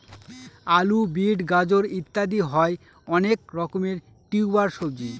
আলু, বিট, গাজর ইত্যাদি হয় অনেক রকমের টিউবার সবজি